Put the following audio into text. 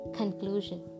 conclusion